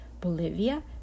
Bolivia